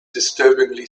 disturbingly